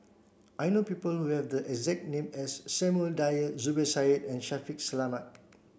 I know people who have the exact name as Samuel Dyer Zubir Said and Shaffiq Selamat